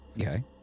Okay